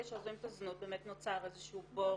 שעוזבים את הזנות באמת נוצר איזה שהוא בור